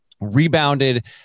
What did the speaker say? rebounded